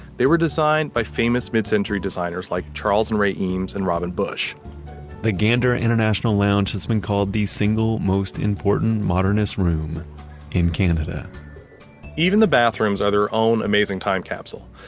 they were designed by famous mid-century designers like charles and ray eames and robin bush the gander international lounge has been called the single most important modernist room in canada even the bathrooms are their own amazing time capsule.